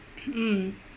mm